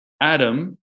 Adam